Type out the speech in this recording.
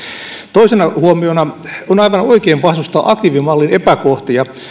toisena huomiona on aivan oikein vastustaa aktiivimallin epäkohtia